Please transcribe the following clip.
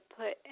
put